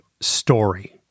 story